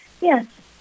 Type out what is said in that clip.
yes